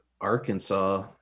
Arkansas